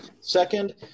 Second